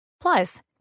Plus